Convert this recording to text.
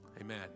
Amen